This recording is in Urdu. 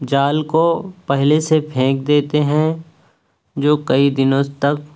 جال کو پہلے سے پھینک دیتے ہیں جو کئی دنوں تک